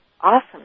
awesome